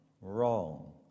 wrong